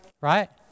right